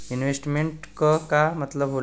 Investment क का मतलब हो ला?